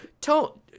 Tell